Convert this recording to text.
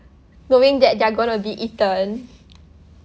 knowing that they're gonna be eaten